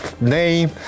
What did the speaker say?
name